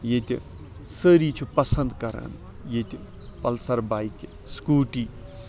ییٚتہِ سٲری چھِ پَسند کران ییٚتہِ پَلسر بایِکہِ سکوٗٹی